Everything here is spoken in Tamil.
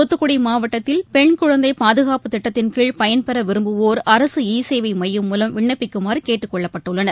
தூத்துக்குடி மாவட்டத்தில் பெண் குழந்தை பாதுகாப்பு திட்டத்தின்கீழ் பயன்பெற விரும்புவோர் சேவை மூலம் விண்ணப்பிக்குமாறு கேட்டுக்கொள்ளப்பட்டுள்ளனர்